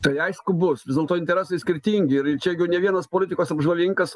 tai aišku bus vis dėlto interesai skirtingi ir ir čia jau ne vienas politikos apžvalgininkas